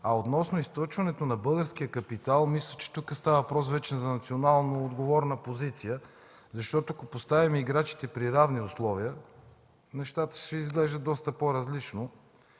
Относно източването на българския капитал – мисля, че тук става въпрос вече за национално отговорна позиция, защото ако поставим играчите при равни условия, нещата ще изглеждат доста по-различно.